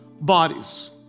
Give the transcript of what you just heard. bodies